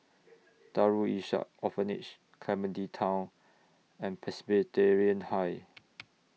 Darul Ihsan Orphanage Clementi Town and Presbyterian High